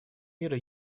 мира